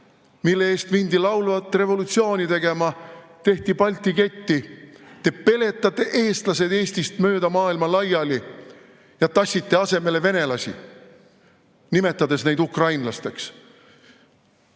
mille eest mindi laulvat revolutsiooni tegema, tehti Balti ketti. Te peletate eestlased Eestist mööda maailma laiali ja tassite asemele venelasi, nimetades neid ukrainlasteks.